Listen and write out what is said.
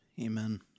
Amen